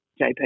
JP